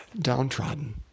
downtrodden